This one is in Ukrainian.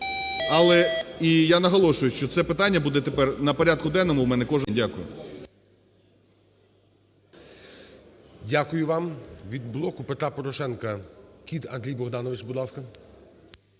Але і я наголошую, що це питання буде тепер на порядку денному в мене кожен день.